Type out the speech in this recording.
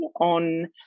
on